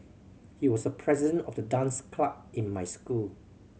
he was the president of the dance club in my school